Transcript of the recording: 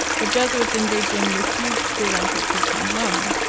the jesuits in beijing refused to present it to qianlong.